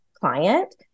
client